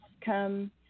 come